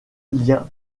lien